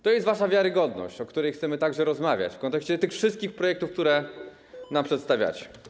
To jest wasza wiarygodność, o której chcemy także rozmawiać, w kontekście tych wszystkich projektów, które nam przedstawiacie.